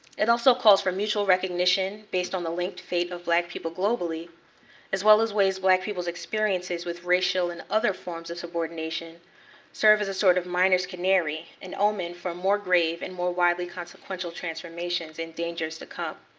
it also calls for mutual recognition based on the linked fate of black people globally as well as ways black people's experiences with racial and other forms of subordination serve as a sort of miner's canary. an omen for more grave and more widely consequential transformations and dangerous to come.